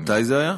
מתי זה היה?